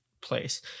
place